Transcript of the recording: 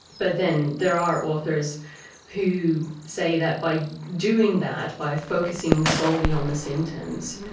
but then there are authors who say that by doing that, by focusing solely on the symptoms,